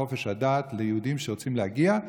חופש דת ליהודים שרוצים להגיע,